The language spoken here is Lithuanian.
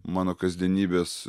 mano kasdienybės